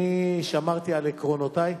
שמרתי על עקרונותי,